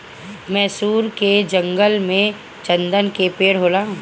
मैसूर के जंगल में चन्दन के पेड़ होला